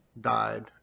died